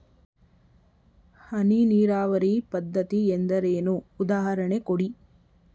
ಹನಿ ನೀರಾವರಿ ಪದ್ಧತಿ ಎಂದರೇನು, ಉದಾಹರಣೆ ಕೊಡಿ?